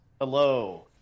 hello